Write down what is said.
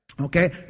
Okay